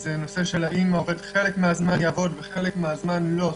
זה הנושא שהעובד יעבוד חלק מהזמן וחלק מהזמן לא,